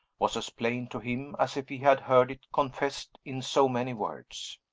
was as plain to him as if he had heard it confessed in so many words.